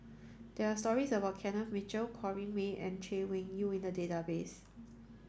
there are stories about Kenneth Mitchell Corrinne May and Chay Weng Yew in the database